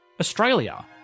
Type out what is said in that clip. Australia